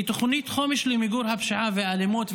שהיא תוכנית חומש למיגור הפשיעה והאלימות.